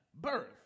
birth